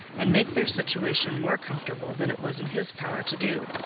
and make their situation more comfortable than it was in his power to do.